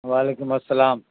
و علیکم السلام